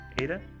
Ada